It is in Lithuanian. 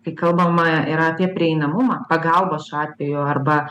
kai kalbama yra apie prieinamumą pagalbą šiuo atveju arba